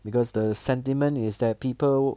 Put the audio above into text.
because the sentiment is that people